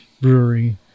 brewery